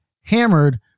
hammered